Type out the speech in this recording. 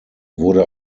wurde